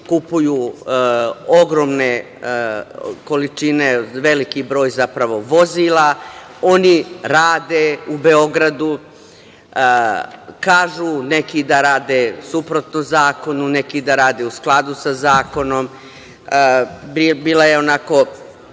kupuju ogromne količine, zapravo veliki broj vozila, oni rade u Beogradu, kažu neki da rade suprotno zakonu, neki da rade u skladu sa zakonom. Bila je onako